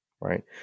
Right